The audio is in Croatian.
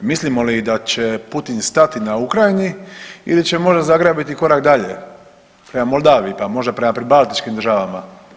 Mislimo li da će Putin stati na Ukrajini ili će možda zagrabiti korak dalje, prema Moldaviji pa možda prema pribaltičkim državama.